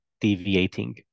deviating